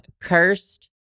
cursed